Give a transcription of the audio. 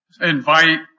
invite